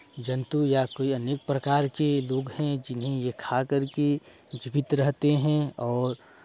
जन्तु या कोइ अनेक प्रकार के लोग हैं जिन्हें ये खा कर के जीवित रहते हैं और